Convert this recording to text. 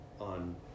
on